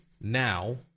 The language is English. now